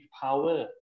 power